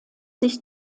sich